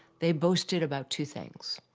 they boasted about two things.